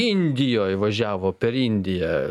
indijoj važiavo per indiją